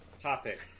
topic